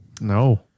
No